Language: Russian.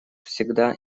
всегда